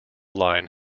line